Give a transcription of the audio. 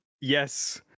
Yes